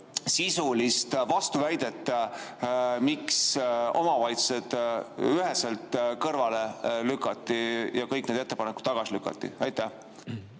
sisulist vastuväidet, miks omavalitsused üheselt kõrvale lükati ja kõik need ettepanekud tagasi lükati? Suur